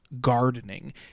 gardening